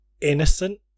innocent